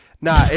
nah